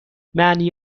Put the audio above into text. معنی